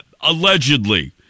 Allegedly